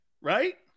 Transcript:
right